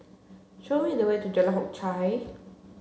show me the way to Jalan Hock Chye